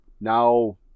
Now